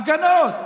הפגנות.